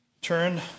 turn